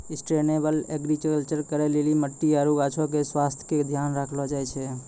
sustainable agriculture करै लेली मट्टी आरु गाछो के स्वास्थ्य के ध्यान राखलो जाय छै